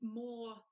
more